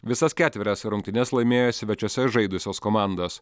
visas ketverias rungtynes laimėjo svečiuose žaidusios komandas